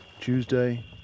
Tuesday